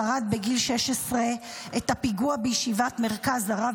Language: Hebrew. שרד בגיל 16 את הפיגוע בישיבת מרכז הרב